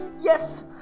Yes